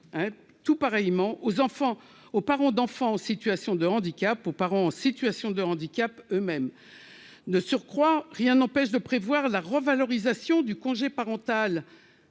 tout pareillement aux enfants, aux parents d'enfants en situation de handicap aux parents en situation de handicap, eux-mêmes, de surcroît, rien n'empêche de prévoir la revalorisation du congé parental,